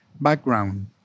background